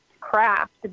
craft